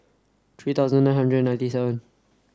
three thousand nine hundred ninety seven